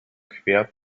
quer